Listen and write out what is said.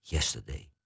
Yesterday